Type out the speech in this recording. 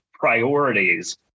Priorities